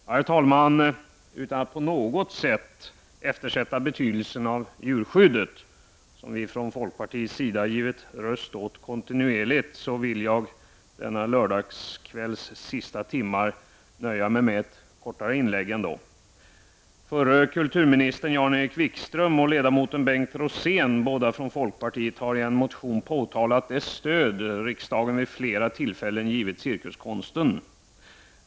Herr talman! Utan att på något sätt eftersätta betydelsen av djurskyddet, som vi från folkpartiets sida har givit röst åt kontinuerligt, vill jag i slutet av denna lördagskväll ändock nöja mig med ett kortare inlägg. Förre kulturministern Jan-Erik Wikström och Bengt Rosén, båda från folkpartiet, har i en motion påtalat det stöd riksdagen vid flera tillfällen har givit cirkuskonsten.